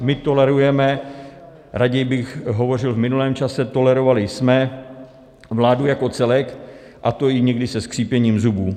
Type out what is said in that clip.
My tolerujeme raději bych hovořil v minulém času tolerovali jsme vládu jako celek, a to i někdy se skřípěním zubů.